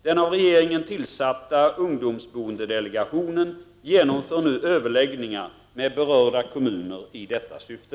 Den av regeringen tillsatta ungdomsboendedelegationen genomför nu överläggningar med berörda kommuner i detta syfte.